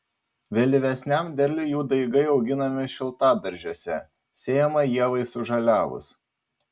vėlyvesniam derliui jų daigai auginami šiltadaržiuose sėjama ievai sužaliavus